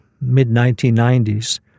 mid-1990s